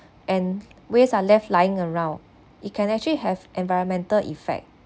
and waste are left lying around it can actually have environmental effect